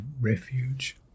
refuge